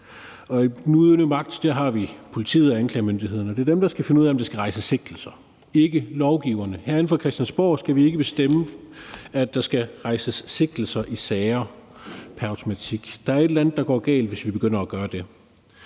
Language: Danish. I den udøvende magt har vi politiet og anklagemyndigheden, og det er dem, der skal finde ud af, om der skal rejses sigtelser, ikke lovgiverne. Herinde fra Christiansborg skal vi ikke bestemme, at der pr. automatik skal rejses sigtelser i sager. Der er et eller andet, der går galt, hvis vi begynder at gøre det.